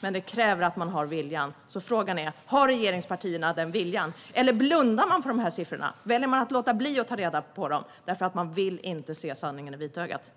men det kräver att man har viljan. Frågan är: Har regeringspartierna den viljan, eller blundar man för dessa siffror? Väljer man att låta bli att ta reda på dem för att man inte vill se sanningen i vitögat?